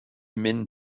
minh